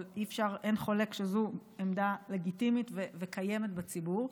אבל אין חולק שזו עמדה לגיטימית וקיימת בציבור,